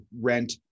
rent